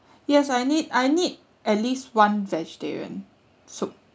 yes I need I need at least one vegetarian soup